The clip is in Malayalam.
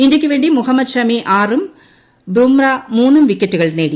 ഇന്ത്യയ്ക്കുവേണ്ടി മുഹമ്മദ് ഷമി ആറും ബുംമ്ര മൂന്നും വിക്കറ്റുകൾ നേടി